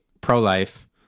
pro-life